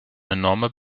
enormer